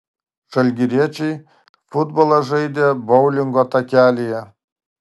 žalgiriečiai futbolą žaidė boulingo takelyje